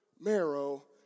marrow